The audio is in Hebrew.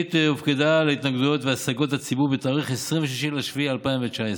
התוכנית הופקדה להתנגדויות ולהשגות הציבור בתאריך 26 ביולי 2019,